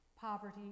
poverty